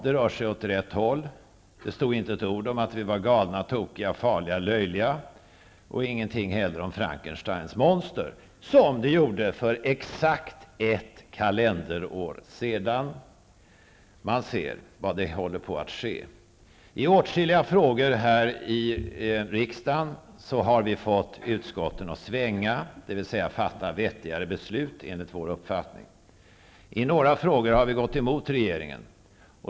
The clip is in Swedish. Det rör sig åt rätt håll. Det stod inte ett ord om att vi var galna, tokiga, farliga, löjliga och inte heller någonting om Frankensteins monster, som det gjorde för exakt ett kalenderår sedan. Man ser vad som håller på att ske. I åtskilliga frågor här i riksdagen har vi fått utskotten att svänga, dvs. att fatta vettigare beslut enligt vår uppfattning. I några frågor har vi gått emot regeringen.